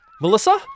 Melissa